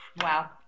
wow